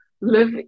live